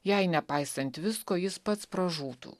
jei nepaisant visko jis pats pražūtų